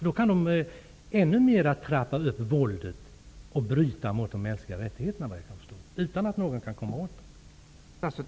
Det innebär att man i Peru kan trappa upp våldet ännu mera och att man kan bryta mot de mänskliga rättigheterna utan att någon kan komma åt det.